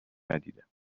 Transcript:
ندیدم